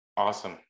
Awesome